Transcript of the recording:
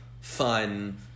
fun